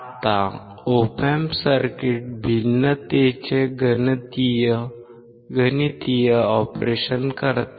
आता Op Amp circuit भिन्नतेचे गणितीय ऑपरेशन करते